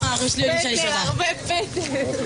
אנחנו מתחילים את הרבה מאוד מהוועדות,